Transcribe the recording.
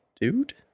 dude